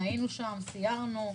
היינו שם, סיירנו,